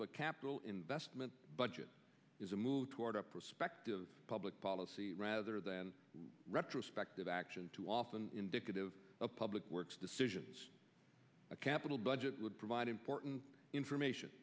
of a capital investment budget is a move toward a perspective of public policy rather than retrospective action too often indicative of public works decisions a capital budget would provide important information